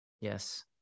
Yes